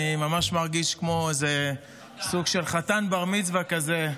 אני ממש מרגיש כמו איזה סוג של חתן בר-מצווה כזה.